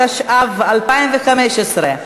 התשע"ו 2015,